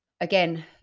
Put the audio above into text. again